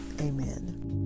Amen